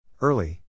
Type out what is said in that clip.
Early